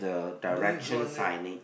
the next one yup